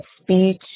speech